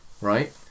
right